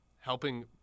helping